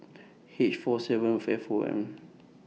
H four seven F O M